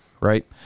right